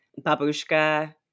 babushka